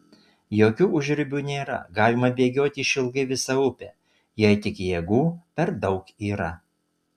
jokių užribių nėra galima bėgioti išilgai visą upę jei tik jėgų per daug yra